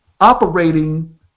operating